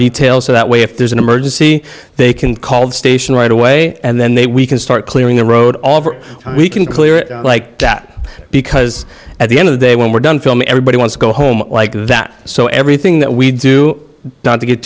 details so that way if there's an emergency they can call the station right away and then they we can start clearing the road off or we can clear it like that because at the end of the day when we're done filming everybody wants to go home like that so everything that we do not to get